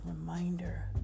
reminder